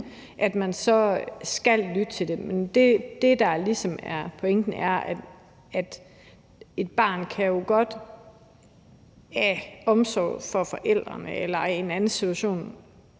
tilbage, skal lytte til det. Men det, der ligesom er pointen, er, at et barn af omsorg for forældrene eller i en anden situation